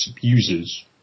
users